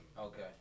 Okay